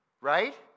right